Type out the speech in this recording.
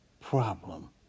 problem